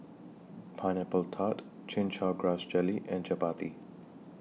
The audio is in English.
Pineapple Tart Chin Chow Grass Jelly and Chappati